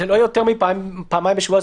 זה לא יותר מפעמיים בשבוע,